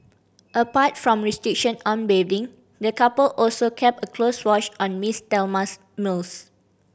apart from restriction on bathing the couple also kept a close watch on Miss Thelma's meals